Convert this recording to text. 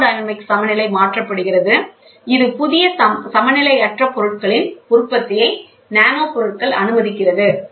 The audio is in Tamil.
தெர்மோடைனமிக் சமநிலை மாற்றப்படுகிறது இது புதிய சமநிலையற்ற பொருட்களின் உற்பத்தியை நானோ பொருட்கள் அனுமதிக்கிறது